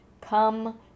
come